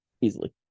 Easily